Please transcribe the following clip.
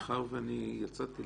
14:39) מאחר ואני יצאתי,